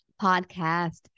podcast